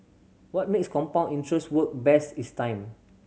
what makes compound interest work best is time